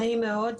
נעים מאוד.